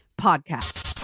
Podcast